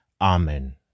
Amen